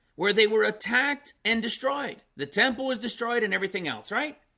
where they were attacked and destroyed the temple was destroyed and everything else, right?